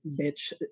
bitch